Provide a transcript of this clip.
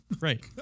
Right